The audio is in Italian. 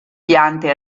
piante